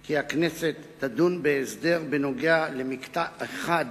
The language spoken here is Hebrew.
כי הכנסת תדון בהסדר בנוגע למקטע אחד